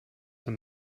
der